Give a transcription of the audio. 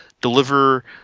deliver